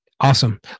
Awesome